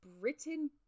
Britain